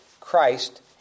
Christ